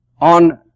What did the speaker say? on